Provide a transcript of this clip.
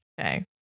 Okay